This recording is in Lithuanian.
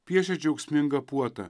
piešė džiaugsmingą puotą